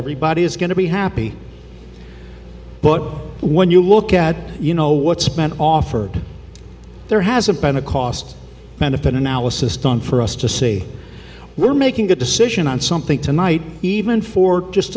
everybody is going to be happy but when you look at you know what spent offered there hasn't been a cost benefit analysis done for us to say we're making a decision on something tonight even for just